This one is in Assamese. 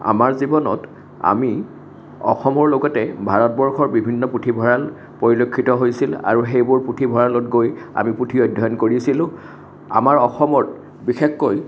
আমাৰ জীৱনত আমি অসমৰ লগতে ভাৰতবৰ্ষৰ বিভিন্ন পুথিভঁৰাল পৰিলক্ষিত হৈছিল আৰু সেইবোৰ পুথিভঁৰালত গৈ আমি পুথি অধ্যয়ন কৰিছিলোঁ আমাৰ অসমত বিশেষকৈ